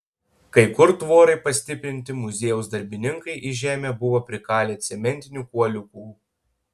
kai kur tvorai pastiprinti muziejaus darbininkai į žemę buvo prikalę cementinių kuoliukų